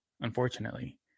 Unfortunately